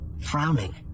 frowning